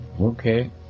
Okay